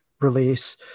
release